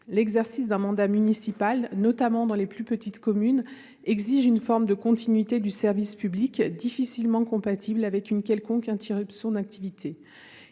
L'exercice d'un mandat municipal, notamment dans les plus petites communes, exige une forme de continuité du service public difficilement compatible avec une quelconque interruption d'activité.